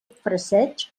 fraseig